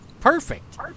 Perfect